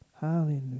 Hallelujah